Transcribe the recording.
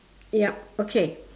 yup okay